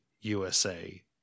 usa